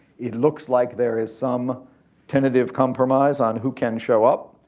it looks like there is some tentative compromise on who can show up.